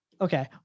Okay